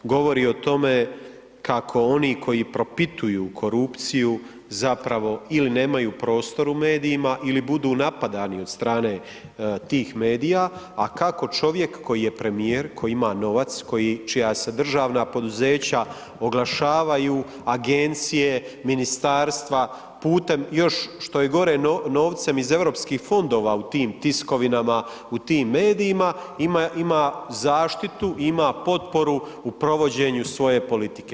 Govori o tome kako oni koji propituju korupciju zapravo ili nemaju prostor u medijima ili budu napadani od strane tih medija, a kako čovjek koji je premijer, koji ima novac, čija se državna poduzeća oglašavaju, agencije, ministarstva, putem, još, što je gore, novcem iz EU fondova u tim tiskovinama, u tim medijima, ima zaštitu i ima potporu u provođenju svoje politike.